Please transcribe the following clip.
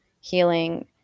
healing